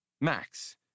Max